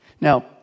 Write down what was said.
Now